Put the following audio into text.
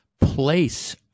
place